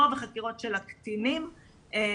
חלק ניכר מחקירות הקטינים יהיה